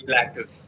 actors